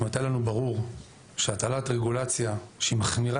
היה לנו ברור שהטלת רגולציה שהיא מחמירה